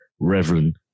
Reverend